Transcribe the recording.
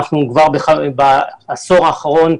אנחנו בעשור האחרון,